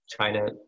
China